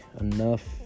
enough